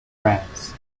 friends